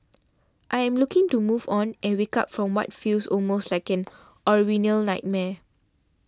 I am looking to move on and wake up from what feels almost like an Orwellian nightmare